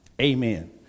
Amen